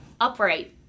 upright